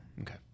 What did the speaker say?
Okay